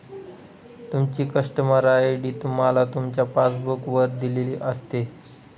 तुमची customer ID तुम्हाला तुमच्या पासबुक वर दिलेली असते